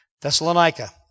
Thessalonica